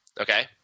Okay